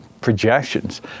projections